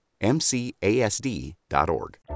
MCASD.org